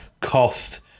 cost